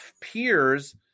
peers